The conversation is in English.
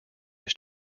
his